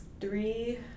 three